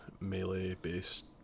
melee-based